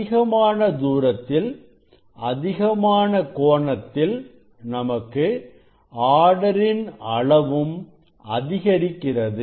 அதிகமான தூரத்தில் அதிகமான கோணத்தில் நமக்கு ஆர்டர் இன் அளவும் அதிகரிக்கிறது